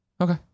Okay